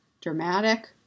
dramatic